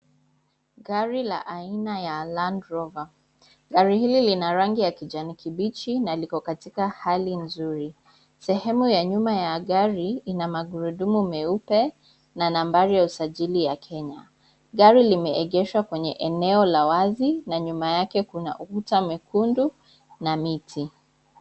Gari la aina ya (cs)Landrover(cs). Gari hili lina rangi ya kijani kibichi na liko katika hali nzuri. Sehemu ya nyuma ya gari ina magurudumu meupe na nambari ya usajili ya Kenya. Gari limeegeshwa kwenye eneo la wazi na nyuma yake kuna ukuta mekundu na miti.